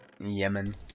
Yemen